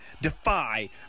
defy